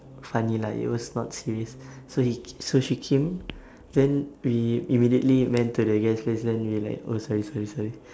funny lah it was not serious so he ca~ so she came then we immediately went to the guys' lane then we like oh sorry sorry sorry